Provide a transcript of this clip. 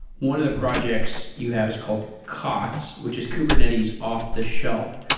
one of the projects you have is called kots, which is kubernetes off-the-shelf.